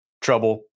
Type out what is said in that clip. trouble